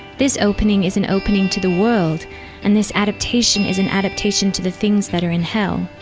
this opening is an opening to the world and this adaptation is an adaptation to the things that are in hell.